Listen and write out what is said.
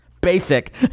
Basic